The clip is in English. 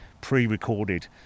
pre-recorded